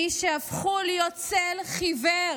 מי שהפכו להיות צל חיוור